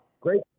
Great